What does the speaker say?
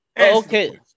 okay